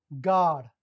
God